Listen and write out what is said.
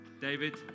David